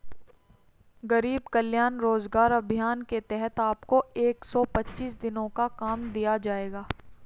गरीब कल्याण रोजगार अभियान के तहत आपको एक सौ पच्चीस दिनों का काम दिया जाएगा